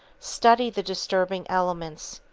study the disturbing elements,